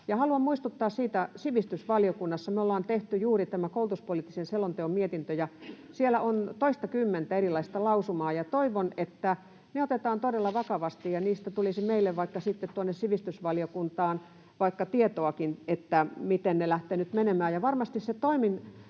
haluan muistuttaa siitä, että sivistysvaliokunnassa me ollaan tehty juuri tämä koulutuspoliittisen selonteon mietintö ja siellä on toistakymmentä erilaista lausumaa, ja toivon, että ne otetaan todella vakavasti ja niistä tulisi meille vaikka sitten tuonne sivistysvaliokuntaan vaikka tietoakin siitä, miten ne lähtevät nyt menemään,